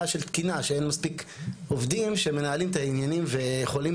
של תקינה שאין מספיק עובדים שמנהלים את העניינים ויכולים